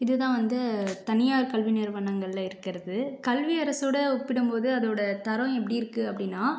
இதுதான் வந்து தனியார் கல்வி நிறுவனங்கள்ல இருக்கிறது கல்வி அரசோடய ஒப்பிடும்போது அதோடய தரம் எப்படி இருக்குது அப்படின்னா